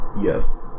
Yes